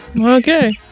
Okay